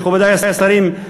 מכובדי השרים,